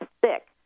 thick